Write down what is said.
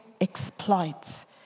exploits